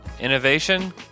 innovation